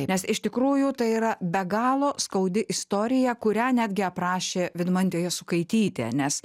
nes iš tikrųjų tai yra be galo skaudi istorija kurią netgi aprašė vidmantė jasukaitytė nes